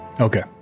Okay